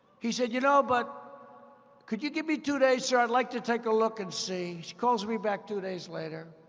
he said, you know, but could you give me two days, sir? i'd like to take a look and see. so he calls me back two days later.